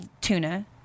tuna